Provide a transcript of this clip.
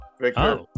Victor